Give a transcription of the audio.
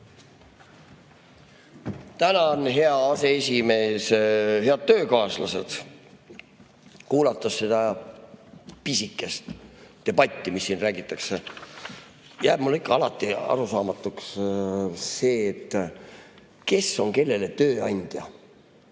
Tänan, hea aseesimees! Head töökaaslased! Kuulates seda pisikest debatti, mis siin räägitakse, jääb mulle ikka alati arusaamatuks see, kes on kellele tööandja.